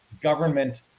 government